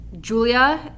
Julia